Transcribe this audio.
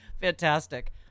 Fantastic